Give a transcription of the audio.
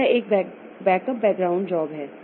तो यह एक बैकअप बैकग्राउंड जॉब है